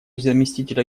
заместителя